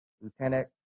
Lieutenant